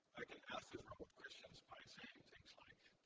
i can ask this robot questions by saying things like